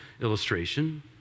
illustration